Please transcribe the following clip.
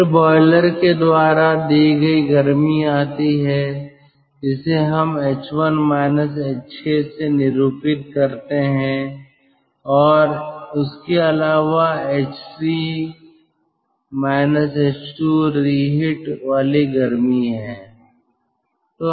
फिर बॉयलर के द्वारा दी गई गर्मी आती है जिसे हम h1 h6 से निरूपित करते हैं और उसके अलावा h3 h2 रीहिट वाली गर्मी है